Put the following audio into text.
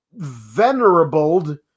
venerabled